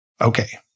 Okay